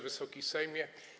Wysoki Sejmie!